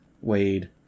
Wade